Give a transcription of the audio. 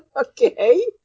Okay